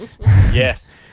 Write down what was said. Yes